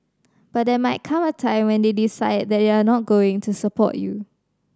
but there might come a time when they decide that they're not going support you